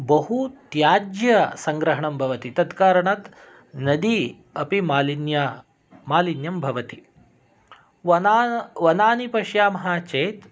बहु त्याज्यसङ्ग्रहणं भवति तत्कारणात् नदी अपि मालिन्यं मालिन्यं भवति वनानि पश्चामः चेत्